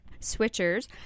Switchers